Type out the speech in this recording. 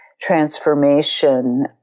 transformation